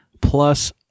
plus